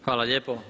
Hvala lijepo.